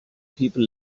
people